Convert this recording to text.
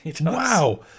Wow